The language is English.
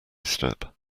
step